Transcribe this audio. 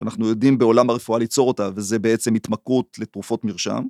אנחנו יודעים בעולם הרפואה ליצור אותה וזה בעצם התמכרות לתרופות מרשם.